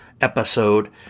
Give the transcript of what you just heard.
episode